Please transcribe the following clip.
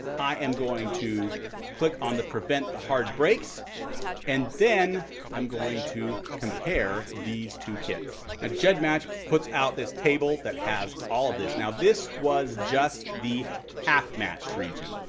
i am going to click on the prevent the hard breaks and then i'm going to compare these two kits. now, ah gedmatch puts out this table that has all of this. now this was just the half-matched region.